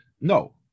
no